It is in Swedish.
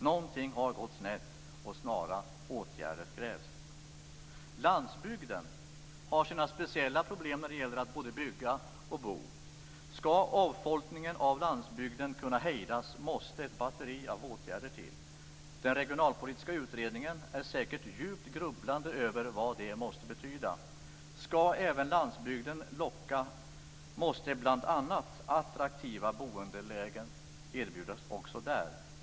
Något har gått snett och snara åtgärder krävs. Landsbygden har sina speciella problem när det gäller att både bygga och bo. Ska avfolkningen från landsbygden kunna hejdas måste ett batteri av åtgärder till. I den regionalpolitiska utredningen är man säkert djupt grubblande över vad det måste betyda. Ska även landsbygden locka måste bl.a. attraktiva boendelägen erbjudas.